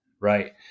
right